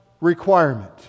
requirement